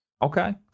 Okay